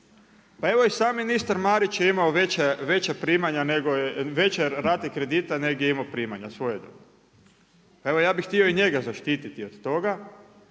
Pa evo i sam ministar Marić je imao veće rate kredita, nego je imao primanja svojega. Evo, ja bi htio i njega zaštititi od toga,